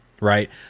right